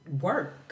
work